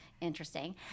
interesting